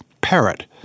parrot